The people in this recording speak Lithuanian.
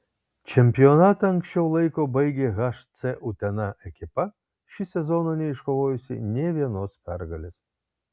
čempionatą anksčiau laiko baigė hc utena ekipa šį sezoną neiškovojusi nė vienos pergalės